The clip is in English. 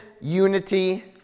unity